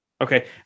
Okay